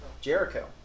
Jericho